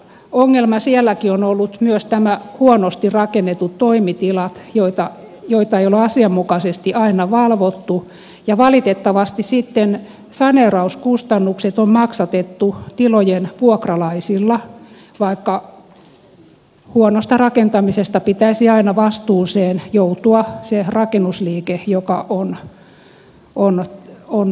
ongelma sielläkin on ollut huonosti rakennetut toimitilat joita ei ole asianmukaisesti aina valvottu ja valitettavasti sitten saneerauskustannukset on maksatettu tilojen vuokralaisilla vaikka huonosta rakentamisesta pitäisi aina vastuuseen joutua sen rakennusliikkeen joka on työnsä huonosti tehnyt